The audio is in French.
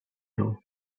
l’eau